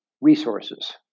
resources